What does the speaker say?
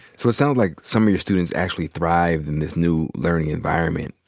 so it sounds like some of your students actually thrive in this new learning environment.